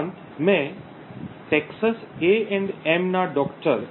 ઉપરાંત મેં Texas A and એમTexas A M ના ડો